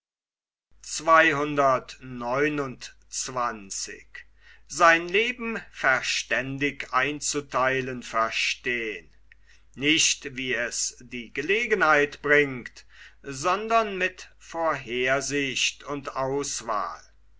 nicht wie es die gelegenheit bringt sondern mit vorhersicht und auswahl